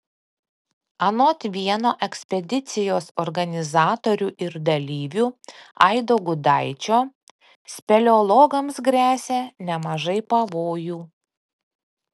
anot vieno ekspedicijos organizatorių ir dalyvių aido gudaičio speleologams gresia nemažai pavojų